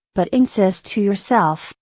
but insist to yourself,